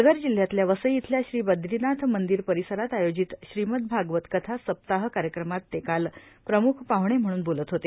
पालघर जिल्ह्यातल्या वसई इथल्या श्री बद्रीनाथ मंदिर परिसरात आयोजित श्रीमद भागवत कथा सप्ताह कार्यक्रमात ते काल प्रमुख पाहणे म्हणून बोलत होते